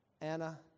Anna